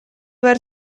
behar